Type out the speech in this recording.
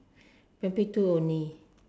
primary two only